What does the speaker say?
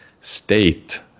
state